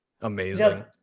Amazing